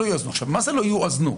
מה זה לא יואזנו?